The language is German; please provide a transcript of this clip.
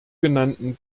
genannten